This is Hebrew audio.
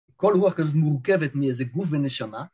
כל רוח כזאת מורכבת מאיזה גוף ונשמה